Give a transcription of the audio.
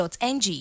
ng